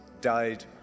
died